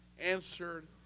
answered